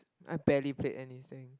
I barely play anything